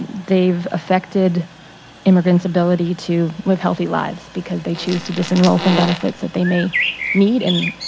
they've affected immigrants ability to move healthy lives because they choose to disenroll from benefits that they may need and,